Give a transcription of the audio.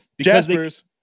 Jaspers